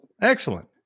Excellent